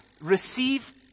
Receive